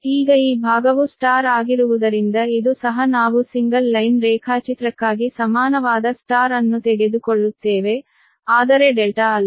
ಈಗ ಈ ಭಾಗವು Y ಆಗಿರುವುದರಿಂದ ಇದು ಸಹ ನಾವು ಸಿಂಗಲ್ ಲೈನ್ ರೇಖಾಚಿತ್ರಕ್ಕಾಗಿ ಸಮಾನವಾದ Y ಅನ್ನು ತೆಗೆದುಕೊಳ್ಳುತ್ತೇವೆ ಆದರೆ ∆ ಅಲ್ಲ